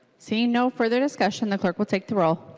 seeing no further discussion the clerk will take the roll.